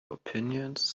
opinions